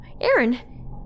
Aaron